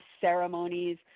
ceremonies